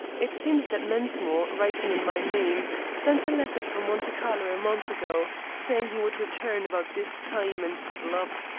it seems that mensmore, writing in my name, sent a letter from monte carlo a month ago, saying he would return about this time and settle up.